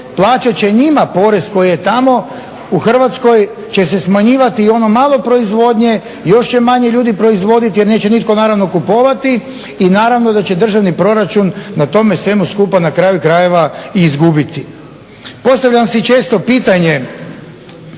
plaćati će njima porez koji je tamo. U Hrvatsko će se smanjivati i ono malo proizvodnje, još će manje ljudi proizvoditi jer neće nitko naravno kupovati. I naravno da će državni proračun na tome svemu skupa na kraju krajeva i izgubiti. Postavljam si često pitanje